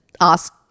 ask